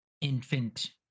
infant